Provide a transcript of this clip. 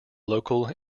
local